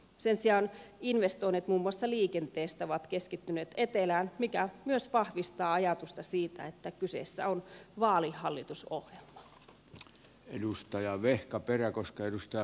sen sijaan investoinnit muun muassa liikenteestä ovat keskittyneet etelään mikä myös vahvistaa ajatusta siitä että kyseessä on vaalihallitusohjelma